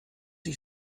ich